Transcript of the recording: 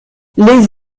les